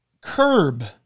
curb